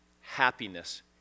happiness